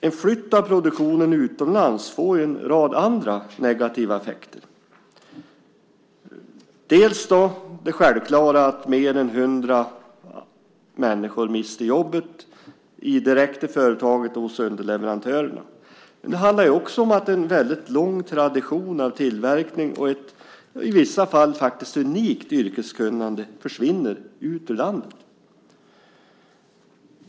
En flytt av produktionen utomlands får ju en rad andra negativa effekter. Det är dels det självklara att mer än 100 människor mister jobbet direkt i företaget och hos underleverantörerna, dels att en väldigt lång tradition av tillverkning och i vissa fall unikt yrkeskunnande försvinner ut ur landet.